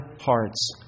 hearts